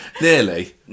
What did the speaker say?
Nearly